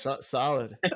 solid